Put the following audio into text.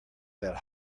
that